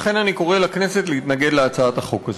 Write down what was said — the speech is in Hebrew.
לכן אני קורא לכנסת להתנגד להצעת החוק הזאת.